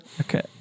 okay